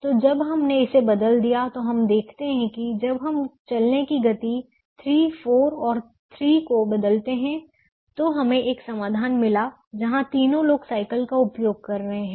तो जब हमने इसे बदल दिया तो हम देखते हैं कि जब हम चलने की गति 3 4 और 3 को बदलते हैं तो हमें एक समाधान मिला जहां तीनों लोग साइकिल का उपयोग कर रहे हैं